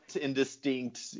indistinct